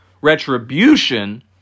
retribution